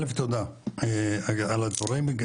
קודם כל תודה על הדברים,